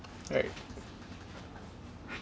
right